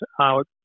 out